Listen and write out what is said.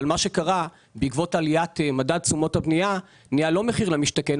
מה שקרה בעקבות עליית מדד תשומות הבנייה זה שזה כבר לא מחיר למשתכן,